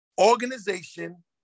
organization